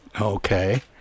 okay